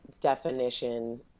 definition